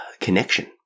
connection